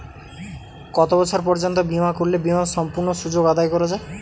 কত বছর পর্যন্ত বিমা করলে বিমার সম্পূর্ণ সুযোগ আদায় করা য়ায়?